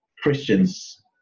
Christians